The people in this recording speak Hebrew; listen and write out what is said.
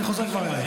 אני כבר חוזר אלייך.